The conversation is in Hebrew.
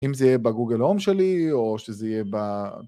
‫אם זה יהיה בגוגל הום שלי ‫או שזה יהיה ב...